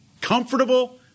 comfortable